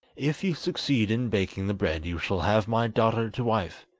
if you succeed in baking the bread you shall have my daughter to wife,